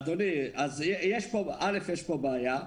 אדוני, א', יש פה בעיה.